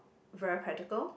very practical